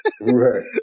Right